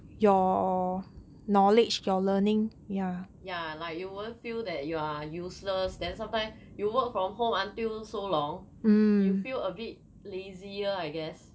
yeah like you won't feel that you are useless then sometimes you work from home until so long you feel a bit lazier I guess